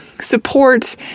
support